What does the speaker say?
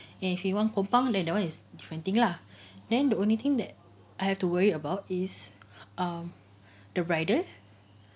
and if you want kompang then that one is different thing lah then the only thing that I have to worry about is um the rider